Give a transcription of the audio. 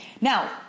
Now